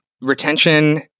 retention